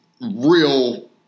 real